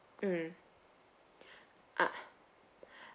mm